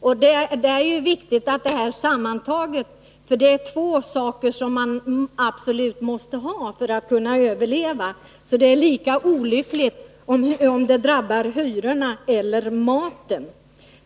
Det är viktigt att se detta sammantaget, för detta är två saker som man absolut måste ha för att kunna överleva. Det är lika olyckligt vare sig kostnadsökningar drabbar hyrorna eller maten.